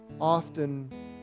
often